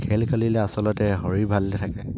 খেল খেলিলে আচলতে শৰীৰ ভালে থাকে